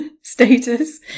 status